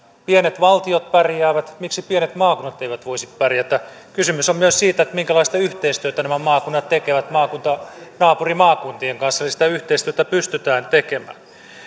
pienet valtiot pärjäävät miksi pienet maakunnat eivät voisi pärjätä kysymys on myös siitä minkälaista yhteistyötä nämä maakunnat tekevät naapurimaakuntien kanssa eli sitä yhteistyötä pystytään tekemään